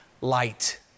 light